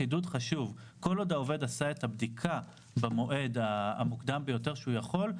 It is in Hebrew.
חידוד חשוב: כל עוד העובד ביצע בדיקה במועד המוקדם ביותר שהוא יכול,